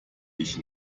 ich